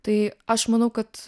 tai aš manau kad